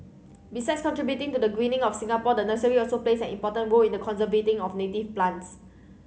besides contributing to the greening of Singapore the nursery also plays an important role in the conservation of native plants